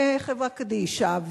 וחברה קדישא,